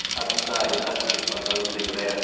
ah decided i'd stick my nose in and ask,